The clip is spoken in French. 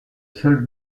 seul